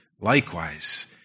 likewise